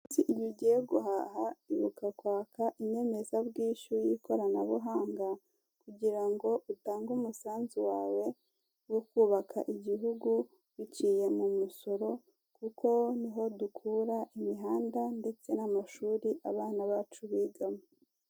Igihe ugiye guhaha ibuka kwaka inyemezabwishyu y'ikoranabuhanga, kugirango utange umusanzu wawe wo kubaka igihugu biciye mu musoro. Kuko niho dukura imihanda ndetse n'amashuri abana bacu bigamo.